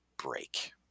break